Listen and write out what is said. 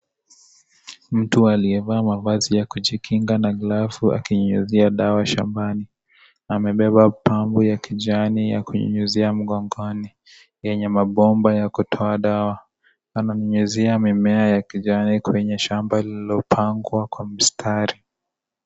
Mtu aliyevaa mavazi ya kujikinga na glavu akinyunyizia dawa shambani. Amebeba pampu ya kijani ya kunyunyuzia mgongoni yenye mabomba ya kutoa dawa. Ananyunyuzia mimea ya kijani kwenye shamba lililopangwa kwa mstari.